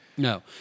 No